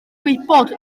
gwybod